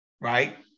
right